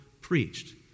preached